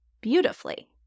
beautifully